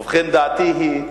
ובכן, דעתי היא,